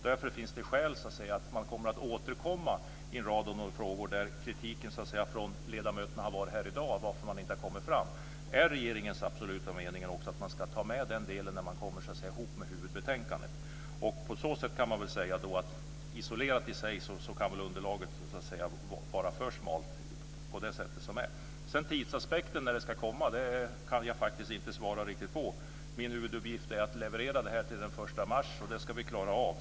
Därför finns det skäl att återkomma när det gäller en rad frågor där det här i dag har kommit kritik från ledamöterna. De har undrat varför man inte har kommit framåt. Det är regeringens absoluta mening att man också ska ta med den delen när detta kommer ihop med huvudbetänkandet. På så sätt kan man väl säga att underlaget, isolerat, i sig kan vara för smalt. Frågan om tidsaspekten och när det här ska komma kan jag faktiskt inte svara riktigt på. Min huvuduppgift är att leverera det här till den 1 mars, och det ska vi klara av.